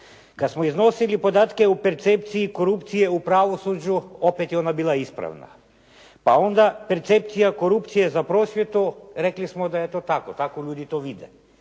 Kada smo iznosili podatke o percepcije korupcije u pravosuđu opet je ona bila ispravna. Pa onda percepcija korupcije za prosvjetu rekli smo da je to tako, tako ljudi to vide.